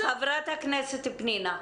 חברת הכנסת פנינה,